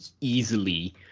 easily